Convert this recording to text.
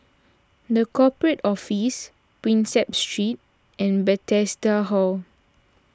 the Corporate Office Prinsep Street and Bethesda Hall